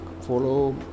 follow